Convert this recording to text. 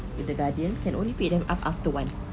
the the guardian can only pick them up after one